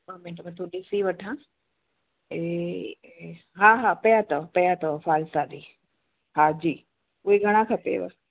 ॿ मिन्ट मां थोड़ो ॾिसी वठां ए हा हा पिया अथव पिया अथव फ़ालसा बि हा जी उहे घणा खपेव